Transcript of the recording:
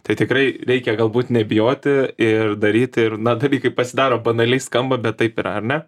tai tikrai reikia galbūt nebijoti ir daryti ir na dalykai pasidaro banaliai skamba bet taip yra ar ne